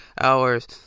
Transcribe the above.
hours